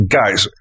guys